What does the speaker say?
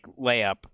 layup